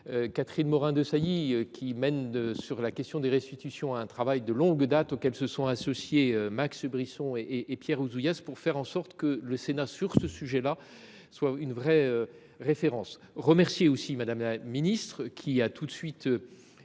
Catherine Morin de Sailly qui mène sur la question des restitutions à un travail de longue date auquel se sont associés Max Brisson et Pierre Ouzouyas pour faire en sorte que le Sénat, sur ce sujet-là, soit une vraie référence. Remercier aussi Madame la Ministre qui a tout de suite